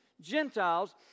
Gentiles